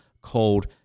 called